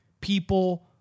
People